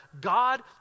God